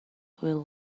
will